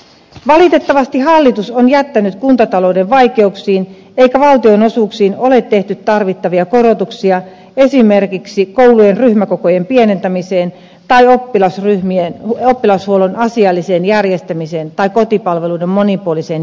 valitettavasti hallitus on jättänyt kuntatalouden vaikeuksiin eikä valtionosuuksiin ole tehty tarvittavia korotuksia esimerkiksi koulujen ryhmäkokojen pienentämiseen tai oppilashuollon asialliseen järjestämiseen tai kotipalveluiden monipuoliseen järjestämiseen